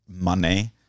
money